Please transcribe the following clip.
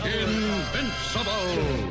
invincible